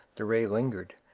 the ray lingered,